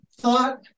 thought